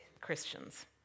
Christians